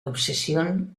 obsesión